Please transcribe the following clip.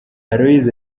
aloys